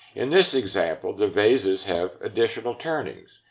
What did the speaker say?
in this example, the vases have additional turnings.